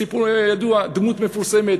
סיפור ידוע, דמות מפורסמת,